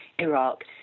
Iraq